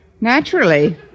Naturally